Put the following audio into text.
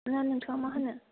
ना नोंथाङा मा होनो